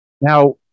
Now